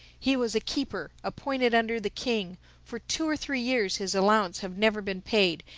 he was a keeper, appointed under the king for two or three years his allowances have never been paid,